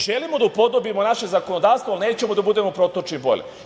Želimo da upodobimo naše zakonodavstvo, ali nećemo da budemo protočni bojler.